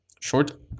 short